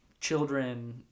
children